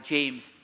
James